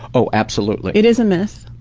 oh absolutely. it is a myth.